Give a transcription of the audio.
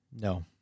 no